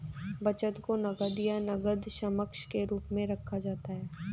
बचत को नकद या नकद समकक्ष के रूप में रखा जाता है